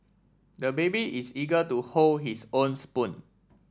the baby is eager to hold his own spoon